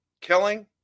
killing